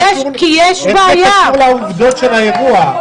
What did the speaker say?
איך זה קשור לעובדות של האירוע?